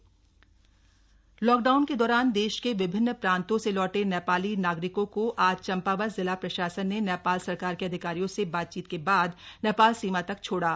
नेपाली नागरिक लॉकडाउन के दौरान देश के विभिन्न प्रांतों से लौटे नेपाली नागरिकों को आज चंपावत जिला प्रशासन ने नेपाल सरकार के अधिकारियों से बातचीत के बाद नेपाल सीमा तक छोड़ा